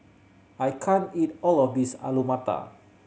I can't eat all of this Alu Matar